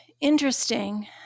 interesting